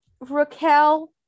Raquel